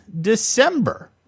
December